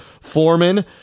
Foreman